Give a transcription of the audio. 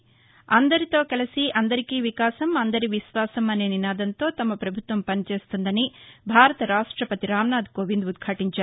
అందరితో కలసి అందరకీ వికాసం అందరి విశ్వాసం అనే నినాదంతో తమ ప్రభుత్వం పనిచేస్తుందని భారత రాష్టపతి రామ్నాథ్ కోవింద్ ఉద్ఘించారు